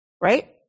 Right